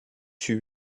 tue